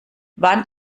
wann